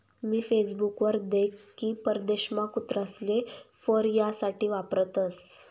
मी Facebook वर देख की परदेशमा कुत्रासले फर यासाठे वापरतसं